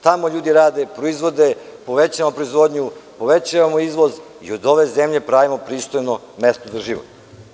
Tamo ljudi rade, proizvode, povećavamo proizvodnju, povećavamo izvoz i od ove zemlje pravimo pristojno mesto za život.